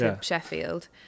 Sheffield